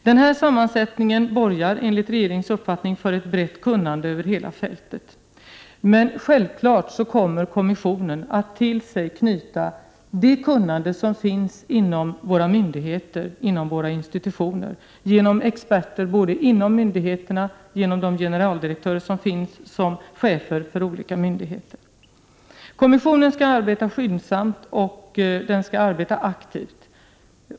Den här sammansättningen borgar enligt regeringens uppfattning för ett brett kunnande över hela fältet, men självfallet kommer kommissionen också att till sig knyta det kunnande som finns inom våra myndigheter och institutioner, både genom experter inom myndigheterna och genom myndigheternas generaldirektörer. Kommissionen skall arbeta skyndsamt och aktivt.